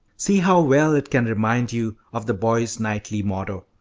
see how well it can remind you of the boys' knightly motto.